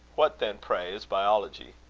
what, then, pray, is biology?